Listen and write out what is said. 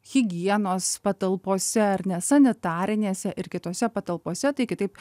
higienos patalpose ar ne sanitarinėse ir kitose patalpose tai kitaip